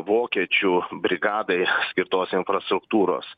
vokiečių brigadai skirtos infrastruktūros